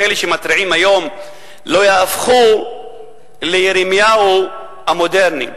שאלה שמתריעים היום לא ייהפכו לירמיהו המודרני.